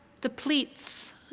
depletes